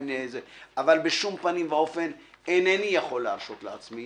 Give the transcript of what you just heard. אבל בשום פינים ואופן איני יכול להרשות לעצמי